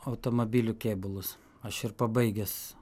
automobilių kėbulus aš ir pabaigęs